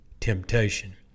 temptation